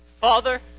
Father